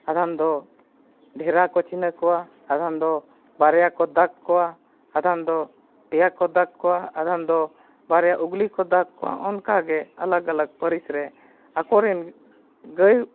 ᱟᱫᱷᱮᱱ ᱫᱚ ᱰᱷᱮᱨᱟ ᱠᱚ ᱪᱤᱱᱦᱟᱹ ᱠᱚᱣᱟ ᱟᱫᱷᱚᱱ ᱫᱚ ᱵᱟᱨᱭᱟ ᱠᱚ ᱫᱟᱜᱽ ᱠᱚᱣᱟ ᱟᱫᱷᱚᱱ ᱫᱚ ᱯᱮᱭᱟ ᱠᱚ ᱫᱟᱜᱽ ᱠᱚᱣᱟ ᱟᱫᱷᱚᱱ ᱫᱚ ᱯᱮᱭᱟ ᱠᱚ ᱫᱟᱜ ᱠᱚᱣᱟ ᱟᱫᱷᱚᱱ ᱫᱚ ᱵᱟᱨᱭᱟ ᱩᱜᱽᱞᱤ ᱠᱚ ᱫᱟᱜᱽ ᱠᱚᱣᱟ ᱚᱱᱠᱟ ᱜᱮ ᱟᱞᱟᱜᱽ ᱟᱞᱟᱜᱽ ᱯᱟᱹᱨᱤᱥ ᱨᱮ ᱟᱠᱚᱨᱮᱱ ᱜᱟᱹᱭ